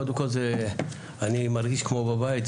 קודם כל אני מרגיש כמו בבית,